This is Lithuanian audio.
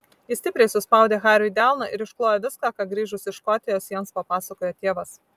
ji stipriai suspaudė hariui delną ir išklojo viską ką grįžus iš škotijos jiems papasakojo tėvas